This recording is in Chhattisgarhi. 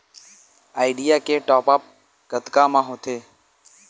आईडिया के टॉप आप कतका म होथे?